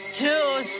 two